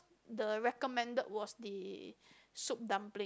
the recommended was the soup dumpling